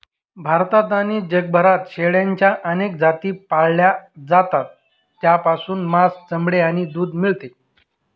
भारतात आणि जगभरात शेळ्यांच्या अनेक जाती पाळल्या जातात, ज्यापासून मांस, चामडे आणि दूध मिळते